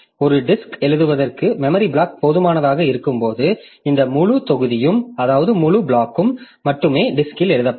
ஒரு டிஸ்க் எழுதுவதற்கு memory block போதுமானதாக இருக்கும்போது இந்த முழு தொகுதியும் மட்டுமே டிஸ்க்ல் எழுதப்படும்